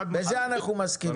בזה אנחנו מסכימים.